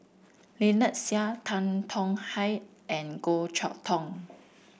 Lynnette Seah Tan Tong Hye and Goh Chok Tong